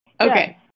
Okay